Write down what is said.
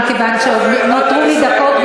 מכיוון שעוד נותרו לי דקות,